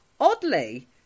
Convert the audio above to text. oddly